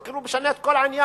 זה כאילו משנה את כל העניין,